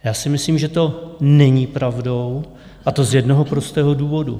Já si myslím, že to není pravda, a to z jednoho prostého důvodu.